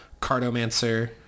cardomancer